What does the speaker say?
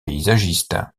paysagiste